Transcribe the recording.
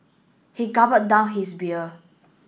he down his beer